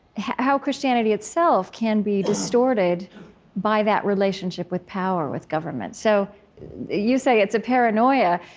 how christianity itself can be distorted by that relationship with power, with government. so you say it's a paranoia.